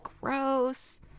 gross